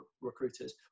recruiters